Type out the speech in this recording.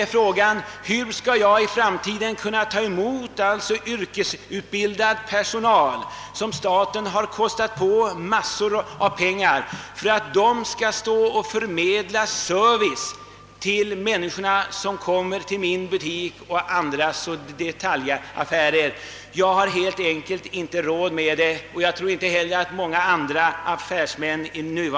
Jag frågar mig hur jag i framtiden skall kunna ta emot yrkesutbildad personal som staten kostar på massor av pengar för att de skall ge service till människor som vill ha en sådan. Jag och många med mig har helt enkelt inte råd med det och allmänheten får alltmer vända sig till